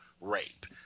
rape